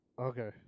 Okay